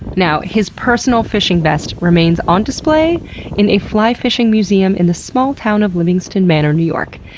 now his personal fishing vest remains on display in a fly fishing museum in the small town of livingston manor, new york.